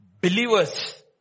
believers